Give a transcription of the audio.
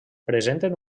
presenten